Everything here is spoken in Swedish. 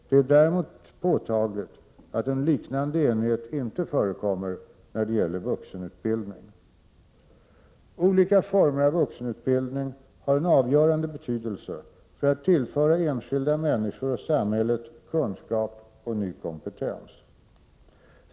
Det är däremot påtagligt att en liknande enighet inte förekommer när det gäller vuxenutbildning. Olika former av vuxenutbildning har en avgörande betydelse för att tillföra enskilda människor och samhället kunskap och ny kompetens.